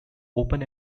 open